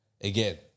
again